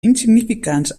insignificants